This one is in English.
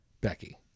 Becky